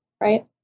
right